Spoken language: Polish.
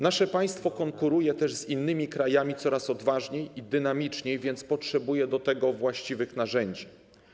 Nasze państwo konkuruje też z innymi krajami coraz odważniej i dynamiczniej, więc potrzebuje do tego właściwych narzędzi.